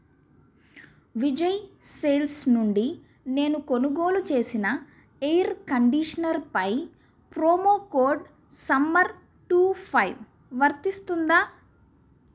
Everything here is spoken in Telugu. విజయ్ సేల్స్ నుండి నేను కొనుగోలు చేసిన ఎయిర్ కండీషనర్పై promo code summer two five వర్తిస్తుందా